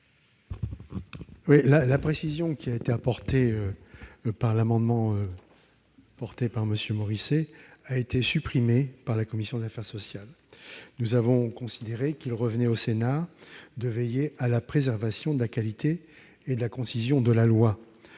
La précision que tend à apporter cet amendement a été supprimée par la commission des affaires sociales, qui a considéré qu'il revenait au Sénat de veiller à la préservation de la qualité et de la concision de la loi.